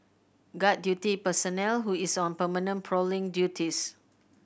guard duty personnel who is on permanent prowling duties